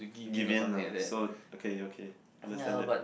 give in ah so okay okay understand that